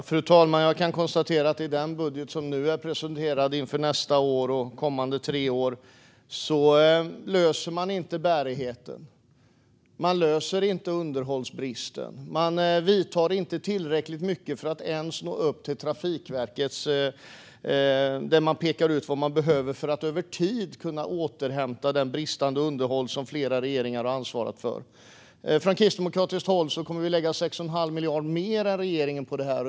Fru talman! Jag kan konstatera att i den budget som nu är presenterad, inför nästa år och kommande tre år, löser man inte bärigheten. Man löser inte underhållsbristen. Man gör inte tillräckligt mycket för att ens nå upp till det som Trafikverket pekar på - vad man behöver för att över tid kunna åtgärda det bristande underhåll som flera regeringar har ansvaret för. Från kristdemokratiskt håll kommer vi att lägga 6 1⁄2 miljard mer än regeringen på detta.